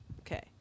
Okay